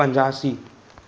पंजासी